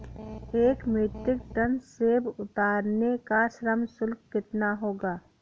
एक metric tonne सेव उतारने का श्रम शुल्क कितना होगा?